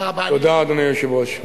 תודה, אדוני היושב-ראש.